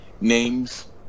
names